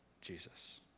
Jesus